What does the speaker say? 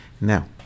Now